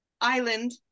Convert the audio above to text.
island